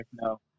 No